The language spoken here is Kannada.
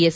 ಎಸ್